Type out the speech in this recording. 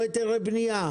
לא היתרי בנייה.